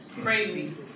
crazy